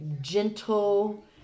gentle